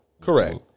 Correct